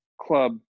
club